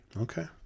Okay